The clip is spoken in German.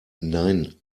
nein